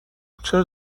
چرا